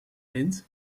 wind